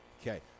okay